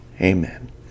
Amen